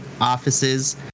offices